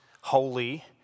holy